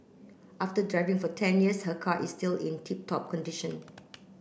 after driving for ten years her car is still in tip top condition